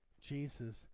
Jesus